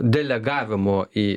delegavimu į